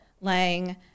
Lang